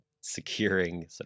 securing